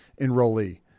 enrollee